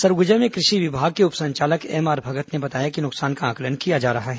सरगुजा में कृषि विभाग के उप संचालक एमआर भगत ने बताया कि नुकसान का आंकलन किया जा रहा है